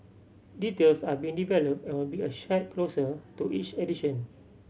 details are being developed and will be a shared closer to each edition